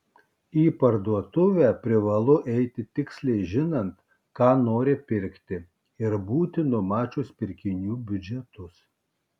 į parduotuvę privalu eiti tiksliai žinant ką nori pirkti ir būti numačius pirkinių biudžetus